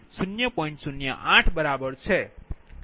08 બરાબર છે